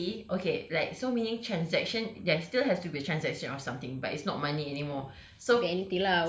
oh maybe okay like so meaning transaction there still has to be transaction or something but it's not money anymore